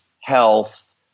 health